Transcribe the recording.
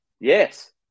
yes